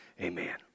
Amen